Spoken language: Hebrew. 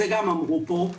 זה גם אמרו פה.